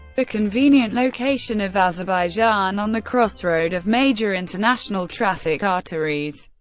the convenient location of azerbaijan on the crossroad of major international traffic arteries,